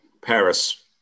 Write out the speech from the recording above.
Paris